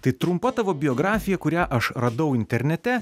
tai trumpa tavo biografija kurią aš radau internete